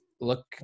look